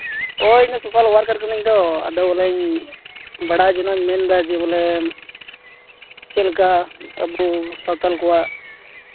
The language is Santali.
ᱳᱭ ᱤᱧᱫᱚ ᱥᱳᱥᱟᱞ ᱳᱣᱟᱨᱠᱟᱨ ᱠᱟᱹᱱᱟᱹᱧ ᱤᱧᱫᱚ ᱟᱫᱚ ᱵᱚᱞᱮᱧ ᱵᱟᱲᱟᱭ ᱡᱚᱱᱟᱜ ᱤᱧ ᱢᱮᱱᱫᱟ ᱵᱚᱞᱮ ᱪᱮᱫ ᱞᱮᱠᱟ ᱟᱵᱚ ᱥᱟᱱᱛᱟᱞ ᱠᱚᱣᱟᱜ